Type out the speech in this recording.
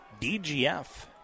DGF